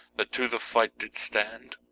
that to the fight did stand,